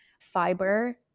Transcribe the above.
Fiber